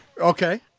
Okay